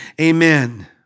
amen